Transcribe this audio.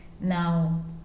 Now